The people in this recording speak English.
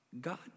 God